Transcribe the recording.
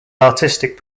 artistic